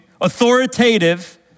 authoritative